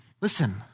Listen